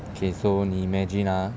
okay so 你 imagine ah